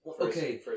Okay